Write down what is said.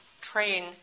train